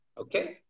Okay